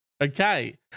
Okay